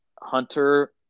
Hunter